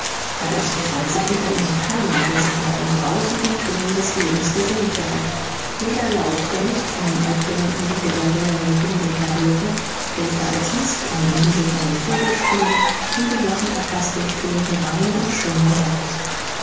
aber es befand sich unter ihnen keiner der sich nach den brausenden tönen des lebens gesehnt hätte jeder laut der nicht von dem altgewohnten liede der wellen und winde herrührte gellte als mißklang in diese von den vogelstimmen und dem lachen acca's durchtönte reine und schöne welt